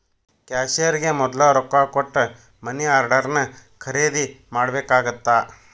ಕ್ಯಾಶಿಯರ್ಗೆ ಮೊದ್ಲ ರೊಕ್ಕಾ ಕೊಟ್ಟ ಮನಿ ಆರ್ಡರ್ನ ಖರೇದಿ ಮಾಡ್ಬೇಕಾಗತ್ತಾ